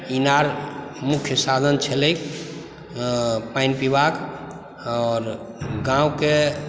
इनार मुख्य साधन छलै पानि पीबाक आओर गाँवके